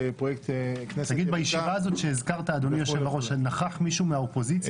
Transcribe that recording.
בישיבה שהזכרת נכח מישהו מהאופוזיציה?